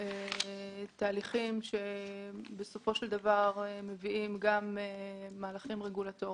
תהליכים שבסופו של דבר מביאים גם מהלכים רגולטוריים.